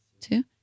Two